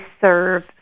serve